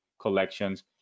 collections